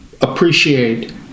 appreciate